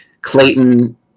Clayton